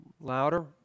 louder